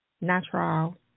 Natural